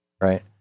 right